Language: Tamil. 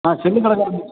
ஆ செல்லுக் கடைக்காரர்